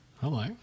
Hello